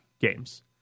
games